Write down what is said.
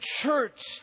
church